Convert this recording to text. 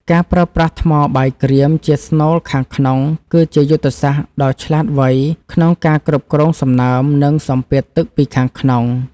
ការប្រើប្រាស់ថ្មបាយក្រៀមជាស្នូលខាងក្នុងគឺជាយុទ្ធសាស្រ្តដ៏ឆ្លាតវៃក្នុងការគ្រប់គ្រងសំណើម និង សម្ពាធទឹកពីខាងក្នុង។